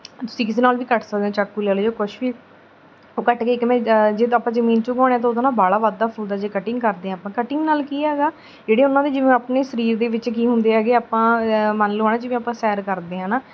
ਤੁਸੀਂ ਕਿਸੇ ਨਾਲ ਵੀ ਕੱਟ ਸਕਦੇ ਚਾਕੂ ਲੈ ਲਿਓ ਜਾਂ ਕੁਛ ਵੀ ਉਹ ਕੱਟ ਕੇ ਕਿਵੇਂ ਜਦੋਂ ਆਪਾਂ ਜ਼ਮੀਨ 'ਚ ਉਗਾਉਂਦੇ ਤਾਂ ਉਦੋਂ ਨਾ ਬਾਹਲਾ ਵਧਦਾ ਫੁੱਲਦਾ ਜੇ ਕਟਿੰਗ ਕਰਦੇ ਹਾਂ ਆਪਾਂ ਕਟਿੰਗ ਨਾਲ ਕੀ ਹੈਗਾ ਜਿਹੜੇ ਉਹਨਾਂ ਦੀ ਜਿਵੇਂ ਆਪਣੇ ਸਰੀਰ ਦੇ ਵਿੱਚ ਕੀ ਹੁੰਦੇ ਹੈਗੇ ਆਪਾਂ ਮੰਨ ਲਓ ਹੈ ਨਾ ਜਿਵੇਂ ਆਪਾਂ ਸੈਰ ਕਰਦੇ ਹੈ ਨਾ